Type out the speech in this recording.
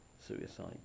suicide